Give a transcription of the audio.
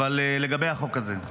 לגבי החוק הזה,